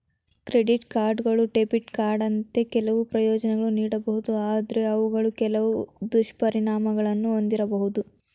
credit ಕಾರ್ಡ್ಗಳು debit ಕಾರ್ಡ್ಗಿಂತ ಕೆಲವು ಪ್ರಯೋಜ್ನ ನೀಡಬಹುದು ಆದ್ರೂ ಅವುಗಳು ಕೆಲವು ದುಷ್ಪರಿಣಾಮಗಳನ್ನು ಒಂದಿರಬಹುದು